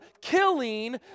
killing